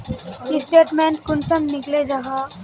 Statement कुंसम निकले जाहा?